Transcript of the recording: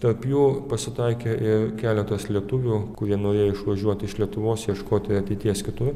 tarp jų pasitaikė ir keletas lietuvių kurie norėjo išvažiuoti iš lietuvos ieškoti ateities kitur